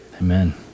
Amen